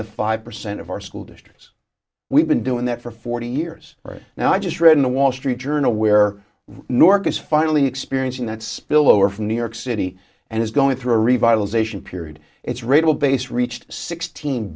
to five percent of our school districts we've been doing that for forty years now i just read in the wall street journal where nork is finally experiencing that spillover from new york city and is going through a revitalization period it's radio base reached sixteen